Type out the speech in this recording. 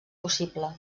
possible